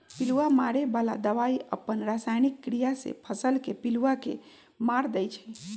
पिलुआ मारे बला दवाई अप्पन रसायनिक क्रिया से फसल के पिलुआ के मार देइ छइ